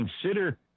consider